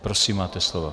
Prosím, máte slovo.